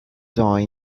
die